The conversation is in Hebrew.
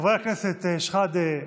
חבר הכנסת שחאדה,